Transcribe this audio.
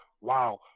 wow